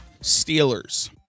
Steelers